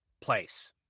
place